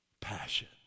passion